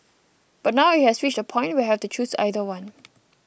but now it has reached a point where I have to choose either one